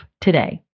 today